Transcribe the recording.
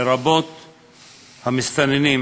לרבות המסתננים,